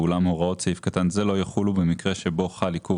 ואולם הוראות סעיף קטן זה לא יחולו במקרה שבו חל עיכוב